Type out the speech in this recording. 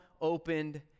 opened